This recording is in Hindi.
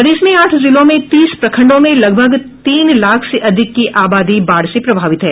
प्रदेश में आठ जिलों के तीस प्रखंडों में लगभग तीन लाख से अधिक की आबादी बाढ़ से प्रभावित है